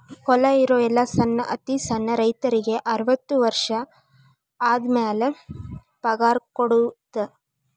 ಹೊಲಾ ಇರು ಎಲ್ಲಾ ಸಣ್ಣ ಅತಿ ಸಣ್ಣ ರೈತರಿಗೆ ಅರ್ವತ್ತು ವರ್ಷ ಆದಮ್ಯಾಲ ಪಗಾರ ಕೊಡುದ